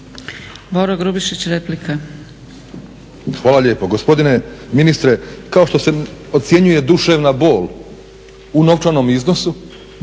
**Grubišić, Boro (HDSSB)** Hvala lijepo. Gospodine ministre kao što se ocjenjuje duševna bol u novčanom iznosu,